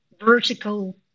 vertical